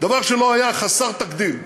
דבר שלא היה, דבר חסר תקדים.